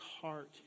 heart